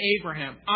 Abraham